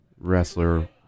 wrestler